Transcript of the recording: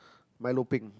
milo peng